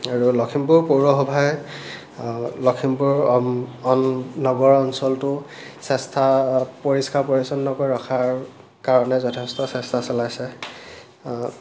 আৰু লখিমপুৰ পৌৰসভাই লখিমপুৰ অন নগৰ অঞ্চলটো চেষ্টা পৰিস্কাৰ পৰিচ্ছন্নকৈ ৰখাৰ কাৰণে যথেষ্ট চেষ্টা চলাইছে